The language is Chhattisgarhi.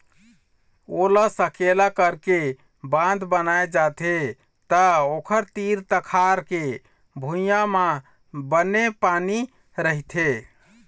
ओला सकेला करके बांध बनाए जाथे त ओखर तीर तखार के भुइंया म बने पानी रहिथे